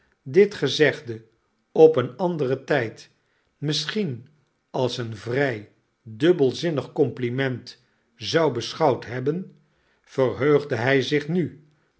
dit gezegde op een anderen tijd misschien als een vrij dubbelzinnig compliment zou beschouwd hebben verheugde hij zich nu